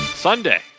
Sunday